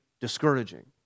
discouraging